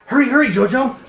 hurry, hurry jojo,